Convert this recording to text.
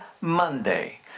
Monday